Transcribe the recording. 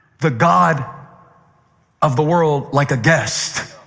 the god of the world like a guest.